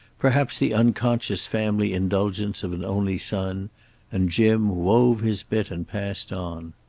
perhaps the unconscious family indulgence of an only son and jim wove his bit and passed on.